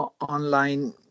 online